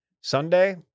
Sunday